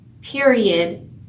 period